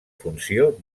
funció